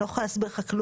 הוא לא אמר את זה.